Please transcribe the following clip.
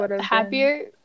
happier